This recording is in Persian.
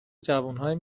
جوانهایی